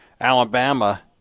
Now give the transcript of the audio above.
Alabama